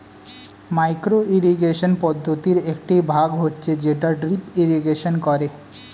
micro irrigation পদ্ধতির একটি ভাগ হচ্ছে যেটা ড্রিপ ইরিগেশন করে